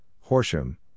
Horsham